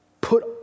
Put